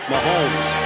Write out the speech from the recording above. Mahomes